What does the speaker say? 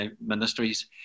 Ministries